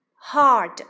Hard